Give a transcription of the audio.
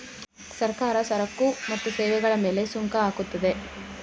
ಸರ್ಕಾರ ಸರಕು ಮತ್ತು ಸೇವೆಗಳ ಮೇಲೆ ಸುಂಕ ಹಾಕುತ್ತದೆ